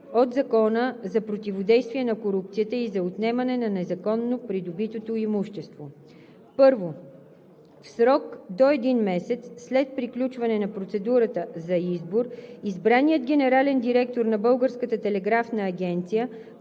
от Закона за противодействие на корупцията и за отнемане на незаконно придобитото имущество 1. В срок до един месец след приключване на процедурата за избор избраният генерален директор на